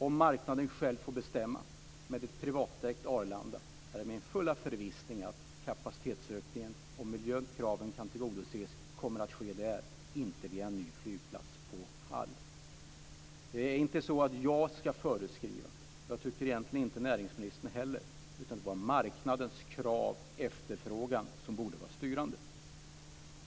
Om marknaden själv får bestämma - med ett privatägt Arlanda - är det min fulla förvissning att man kommer att klara kapacitetsökningen och tillgodose miljökraven där, inte via en ny flygplats på Hall. Det är inte jag - och egentligen inte näringsministern heller - som ska föreskriva något. Det är marknadens krav, efterfrågan, som borde vara styrande.